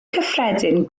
cyffredin